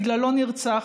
שבגללו נרצח,